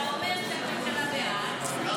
אתה אומר שהממשלה בעד.